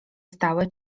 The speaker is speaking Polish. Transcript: stałe